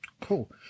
Cool